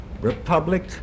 Republic